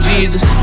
Jesus